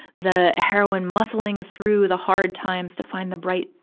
the heroine muscling through the hard times to find the bright,